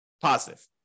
positive